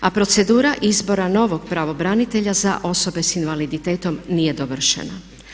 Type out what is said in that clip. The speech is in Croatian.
A procedura izbora novog pravobranitelja za osobe sa invaliditetom nije dovršena.